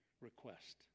request